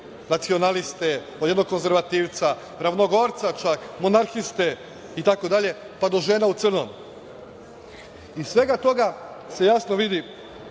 nacionaliste, od jednog konzervativca, ravnogorca čak, monarhiste itd. pa do Žena u crnom. Iz svega toga se jasno vidi